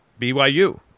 BYU